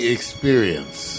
Experience